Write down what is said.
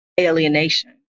alienation